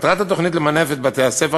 מטרת התוכנית היא למנף את בתי-הספר